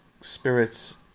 spirits